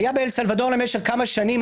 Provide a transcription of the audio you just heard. היה באל סלבדור למשך כמה שנים,